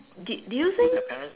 did do you think